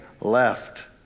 left